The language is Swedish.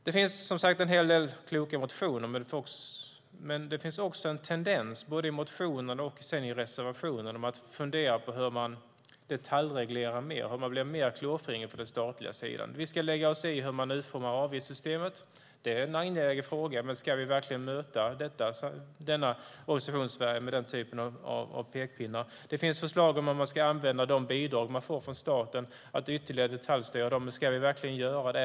Det finns som sagt en hel del kloka motioner, men det finns också en tendens både i motioner och i reservationer att fundera på hur man detaljreglerar mer, hur man blir mer klåfingrig på den statliga sidan. Vi ska lägga oss i hur man utformar avgiftssystemet. Det är en angelägen fråga, men ska vi verkligen möta detta Organisationssverige med den typen av pekpinnar? Det finns förslag att man ska använda de bidrag man får från staten och ytterligare detaljstyra dem. Ska vi verkligen göra det?